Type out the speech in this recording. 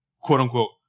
quote-unquote